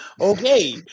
Okay